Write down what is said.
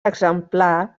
exemplar